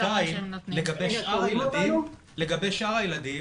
לגבי שאר הילדים